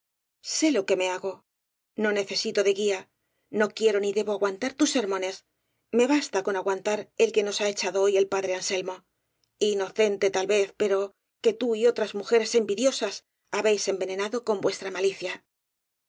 sé lo que me hago no necesito de guía no quiero ni debo aguantar tus sermones me basta con aguantar el que nos ha echado hoy el padre anselmo inocente tal vez pero que tú y otras mujeres envidiosas habéis envenenado con vuestra malicia